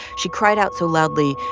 she cried out so loudly,